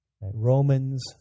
Romans